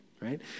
right